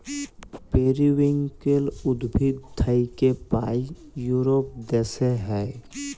periwinkle উদ্ভিদ থাক্যে পায় ইউরোপ দ্যাশে হ্যয়